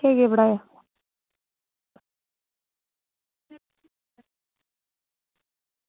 केह् केह् पढ़ाया